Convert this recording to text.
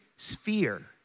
sphere